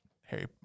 Harry